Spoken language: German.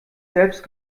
selbst